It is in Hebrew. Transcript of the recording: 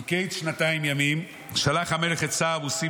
"מקץ שנתיים ימים שלח המלך את שר המוסים